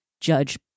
judge